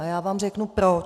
A já vám řeknu proč.